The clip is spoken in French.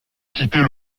quitter